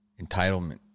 entitlement